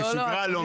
כשגרה לא מעורב.